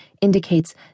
indicates